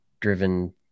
driven